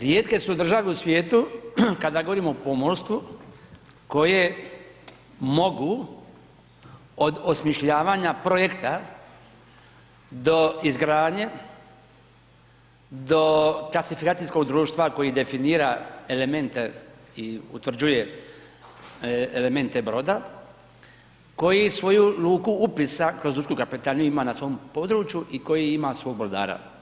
Rijetke su države u svijetu kada govorimo o pomorstvu koje mogu od osmišljavanja projekta do izgradnje, do kvalifikacijskog društva koje definira elemente i utvrđuje elemente broda, koji svoju luku upisa kroz lučku kapetaniju ima na svom području i koji ima svog brodara.